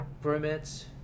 permits